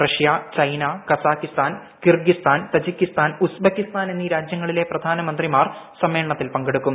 Russia China Kazakhstan Kyrgyzstan Tajikistan Uzbekistan എന്നീ രാജ്യങ്ങളിലെ പ്രധാനമന്ത്രിമാർ സമ്മേളനത്തിൽ പങ്കെടുക്കും